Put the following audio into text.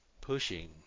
pushing